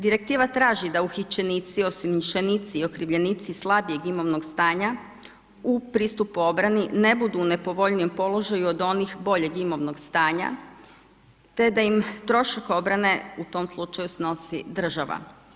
Direktiva traži da uhićenici, osumnjičenici i okrivljenici slabijeg imovnog stanja u pristupu obrani ne budu u nepovoljnijem položaju od onih boljeg imovnog stanja te da im trošak obrane u tom slučaju snosi država.